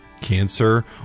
cancer